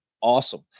awesome